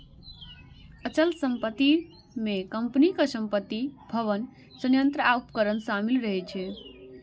अचल संपत्ति मे कंपनीक संपत्ति, भवन, संयंत्र आ उपकरण शामिल रहै छै